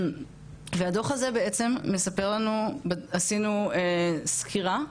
והדו"ח הזה בעצם מספר לנו, עשינו סקירה,